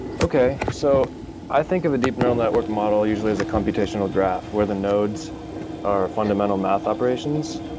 okay. so i think of a deep neural network model usually as a computational graph where the nodes are fundamental math operations,